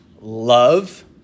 love